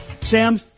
Sam